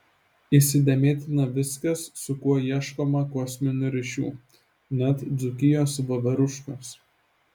įsidėmėtina viskas su kuo ieškoma kosminių ryšių net dzūkijos voveruškos